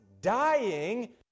dying